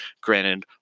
Granted